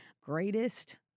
Greatest